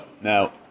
Now